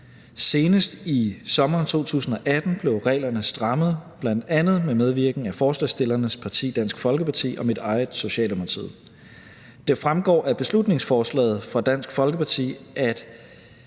Senest i sommeren 2018 blev reglerne strammet, bl.a. med medvirken af forslagsstillernes parti, Dansk Folkeparti, og mit eget parti, Socialdemokratiet. Det fremgår af beslutningsforslaget fra Dansk Folkeparti, at